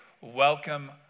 welcome